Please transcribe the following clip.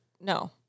No